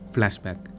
Flashback